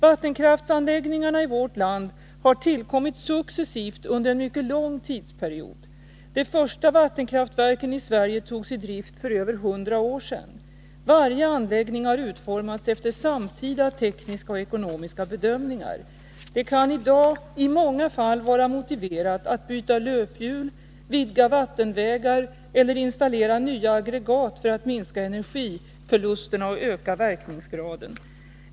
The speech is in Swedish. Vattenkraftsanläggningarna i vårt land har tillkommit successivt under en mycket lång tidsperiod. De första vattenkraftverken i Sverige togs i drift för över 100 år sedan. Varje anläggning har utformats efter samtida tekniska och ekonomiska bedömningar. Det kan i dag i många fall vara motiverat att byta löphjul, vidga vattenvägar eller installera nya aggregat för att minska energiförlusterna och öka verkningsgraden.